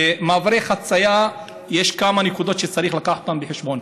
במעברי חציה יש כמה נקודות שצריך להביא בחשבון: